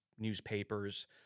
newspapers